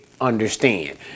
understand